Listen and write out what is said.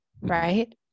right